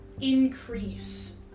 increase